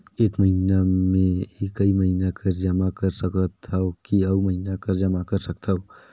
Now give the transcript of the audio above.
एक महीना मे एकई महीना कर जमा कर सकथव कि अउ महीना कर जमा कर सकथव?